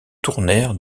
tournèrent